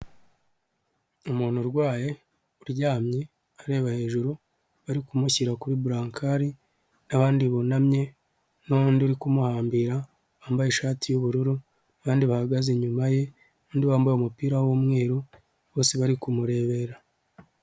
Umuntu urwaye uryamye areba hejuru bari kumushyira kuri burankare n'abandi bunamye, nundi uri kumuhambira wambaye ishati y'ubururu kandi bahagaze inyuma ye undi wambaye umupira w'umweru bose bari kumurebera.